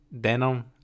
denim